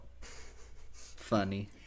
Funny